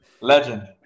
legend